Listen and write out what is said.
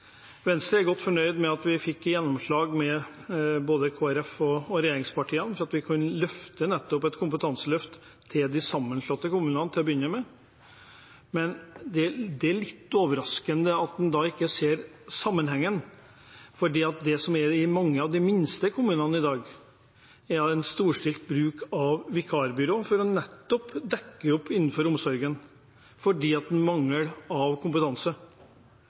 Venstre er godt fornøyd med at vi fikk gjennomslag hos både Kristelig Folkeparti og regjeringspartiene for at vi kunne gi et kompetanseløft til de sammenslåtte kommunene til å begynne med. Men det er litt overraskende at en ikke ser sammenhengen, for i mange av de minste kommunene er det i dag en storstilt bruk av vikarbyråer for å dekke behovene innenfor omsorgen, fordi en mangler kompetanse.